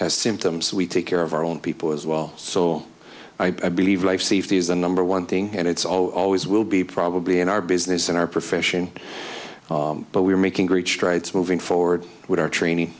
has symptoms we take care of our own people as well so i believe life safety is the number one thing and it's always will be probably in our business in our profession but we're making great strides moving forward with our training